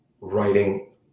writing